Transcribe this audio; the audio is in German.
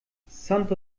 santo